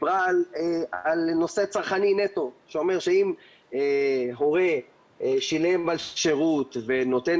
מדובר על נושא צרכני נטו שאומר שאם הורה שילם על שירות ונותן